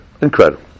Incredible